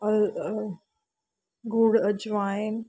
ਗੁੜ ਅਜਵਾਈਨ